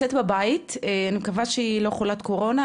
שנמצאת בבית, אני מקווה שהיא לא חולת קורונה.